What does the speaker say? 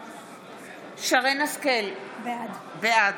בעד שרן מרים השכל, בעד